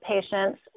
patients